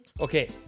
Okay